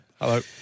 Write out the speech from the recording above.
Hello